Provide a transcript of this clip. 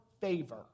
favor